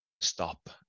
stop